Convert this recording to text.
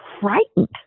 frightened